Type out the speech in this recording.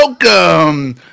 Welcome